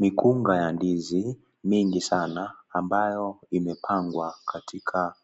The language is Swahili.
Mikunga ya ndizi, mingi sana, ambayo imepangwa katika